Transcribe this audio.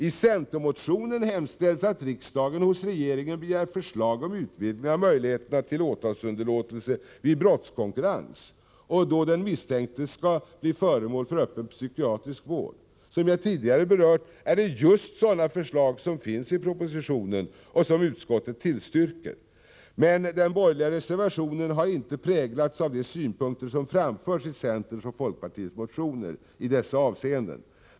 I centermotionen hemställs att riksdagen hos regeringen begär förslag om utvidgning av möjligheterna till åtalsunderlåtelse vid brottskonkurrens och då den misstänkte skall bli föremål för öppen psykiatrisk vård. Som jag tidigare har berört är det just sådana förslag som också finns i propositionen och som utskottet tillstyrker. Men den borgerliga reservationen har inte präglats av de synpunkter som har framförts i centerns och folkpartiets motioner i dessa avseenden.